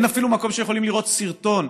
אין אפילו מקום שהם יכולים לראות סרטון.